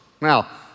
Now